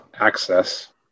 access